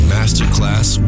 Masterclass